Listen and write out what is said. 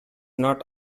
not